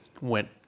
went